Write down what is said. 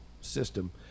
system